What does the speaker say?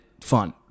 fun